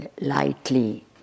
lightly